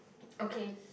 okay